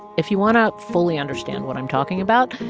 if you want to fully understand what i'm talking about,